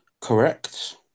Correct